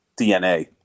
DNA